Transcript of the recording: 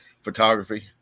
photography